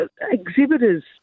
exhibitors